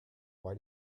why